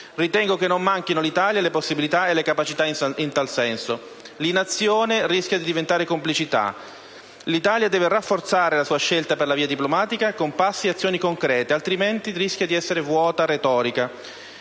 Ritengo che non manchino all'Italia le possibilità e le capacità in tal senso. L'inazione rischia di diventare complicità. L'Italia deve rafforzare la sua scelta per la via diplomatica con passi e azioni concrete, altrimenti rischia di essere vuota retorica.